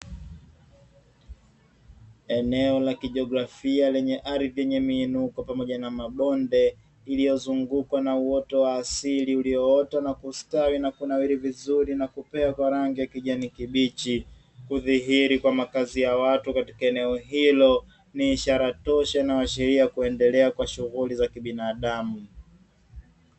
Eneo la kijiografia lenye ardhi yenye miinuko pamoja na mabonde, iliyozungukwa na uoto wa asili ulioota na kustawi na kunawiri vizuri na kupea rangi ya kijani kibichi. Kudhihiri kwa makazi ya watu kutoka eneo hilo ni ishara tosha inayoashiria kuendelea kwa shughuli za kibinadamu.